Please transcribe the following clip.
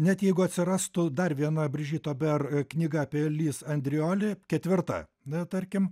net jeigu atsirastų dar viena bridžit ober knyga apie alis andrioli ketvirta na tarkim